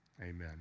Amen